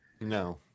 no